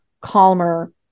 calmer